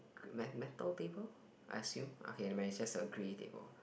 me~ metal table I assume okay never mind it's just a grey table